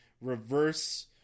reverse